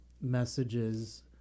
messages